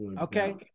Okay